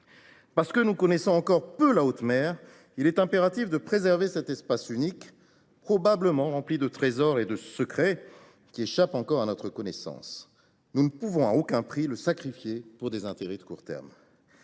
Parce que nous connaissons encore peu la haute mer, il est impératif de préserver cet espace unique, probablement rempli de trésors et de secrets qui échappent encore à notre connaissance. Nous ne pouvons à aucun prix le sacrifier pour des intérêts de court terme.